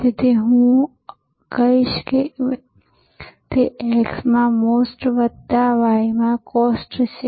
તેથી તે હવે હું કહીશ કે તે x માં MOST વત્તા y માં COST છે